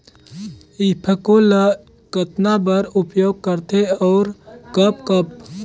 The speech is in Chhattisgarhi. ईफको ल कतना बर उपयोग करथे और कब कब?